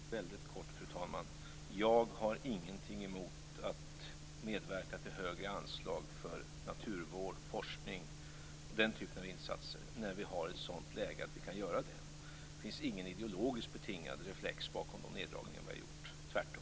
Fru talman! Jag skall vara väldigt kortfattad. Jag har ingenting emot att medverka till högre anslag för naturvård, forskning och den typen av insatser när vi har ett sådant läge att vi kan göra det. Det finns ingen ideologiskt betingad reflex bakom de neddragningar vi har gjort - tvärtom.